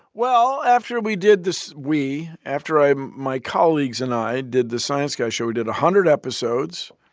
well, after we did this, we after i my colleagues and i did the science guy show we did a hundred episodes.